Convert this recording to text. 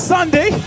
Sunday